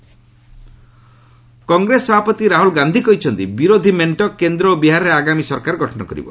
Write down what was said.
Rahul Patna rally Congress ସଭାପତି ରାହୁଲ ଗାନ୍ଧୀ କହିଛନ୍ତି ବିରୋଧୀ ମେଣ୍ଟ କେନ୍ଦ୍ର ଓ ବିହାରରେ ଆଗାମୀ ସରକାର ଗଠନ କରିବ